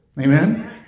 Amen